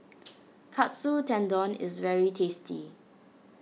Katsu Tendon is very tasty